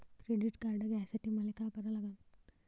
Credit card घ्यासाठी मले का करा लागन?